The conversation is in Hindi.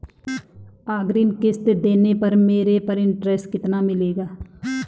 अग्रिम किश्त देने पर मेरे पर इंट्रेस्ट कितना लगेगा?